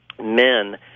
men